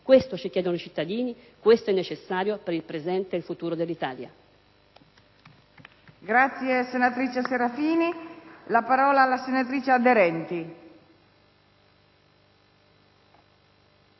questo ci chiedono i cittadini; questo è necessario per il presente e il futuro dell'Italia.